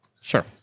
Sure